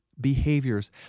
behaviors